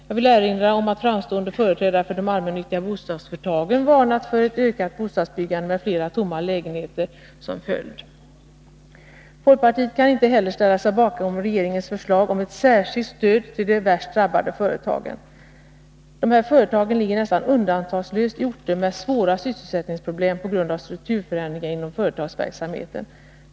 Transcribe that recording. Jag vill erinra om att framstående företrädare för de allmännyttiga bostadsföretagen har varnat för ett ökat bostadsbyggande med fler tomma lägenheter än f. n. som följd. Folkpartiet kan inte heller ställa sig bakom regeringens förslag om ett särskilt stöd till de värst drabbade företagen. Dessa företag ligger nästan undantagslöst i orter med svåra sysselsättningsproblem på grund av strukturförändringar inom företagsverksamheten.